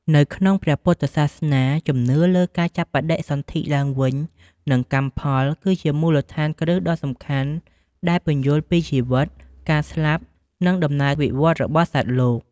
នៅក្នុងព្រះពុទ្ធសាសនា ជំនឿលើ ការចាប់បដិសន្ធិឡើងវិញ និងកម្មផល គឺជាមូលដ្ឋានគ្រឹះដ៏សំខាន់ដែលពន្យល់ពីជីវិត ការស្លាប់ និងដំណើរវិវត្តន៍របស់សត្វលោក។